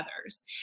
others